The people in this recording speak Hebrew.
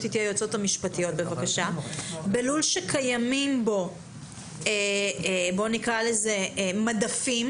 בלול שקיימים בו מדפים